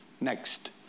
Next